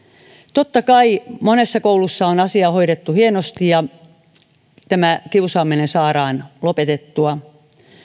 totta kai monessa koulussa on asia hoidettu hienosti ja kiusaaminen saadaan lopetettua